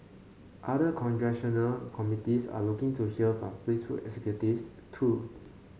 other congressional committees are looking to hear from Facebook executives too